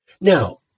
Now